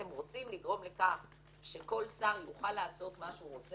אתם רוצים לגרום לכך שכל שר יוכל לעשות מה שהוא רוצה